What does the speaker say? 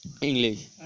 English